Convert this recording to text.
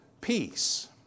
peace